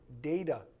data